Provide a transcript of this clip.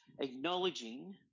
acknowledging